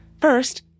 First